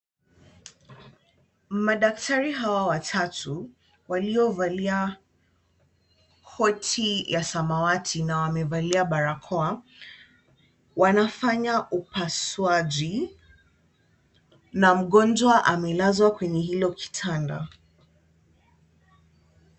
Madaktari hawa watatu waliovalia koti ya samawati na wamevalia barakoa, wanafanya upasuaji na mgonjwa amelazwa kwenye hilo kitanda.